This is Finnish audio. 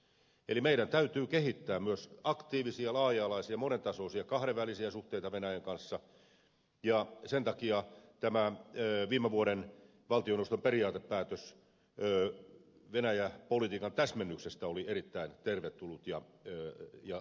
eli meidän täytyy kehittää myös aktiivisia laaja alaisia monentasoisia kahdenvälisiä suhteita venäjän kanssa ja sen takia tämä valtioneuvoston periaatepäätös viime vuodelta venäjä politiikan täsmennyksestä oli erittäin tervetullut ja tarpeellinen